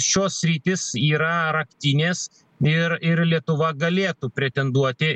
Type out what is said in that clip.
šios sritys yra raktinės ir ir lietuva galėtų pretenduoti